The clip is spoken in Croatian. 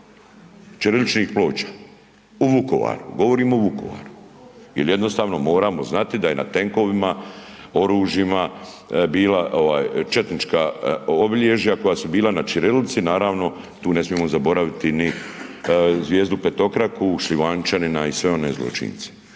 ćiriličnih ploča u Vukovaru. Govorim o Vukovaru jer jednostavno moramo znati da je na tenkovima, oružjima bila četnička obilježja koja su bila na ćirilici. Naravno tu ne smijemo zaboraviti ni zvijezdu petokraku, Šljivančanina i sve one zločince.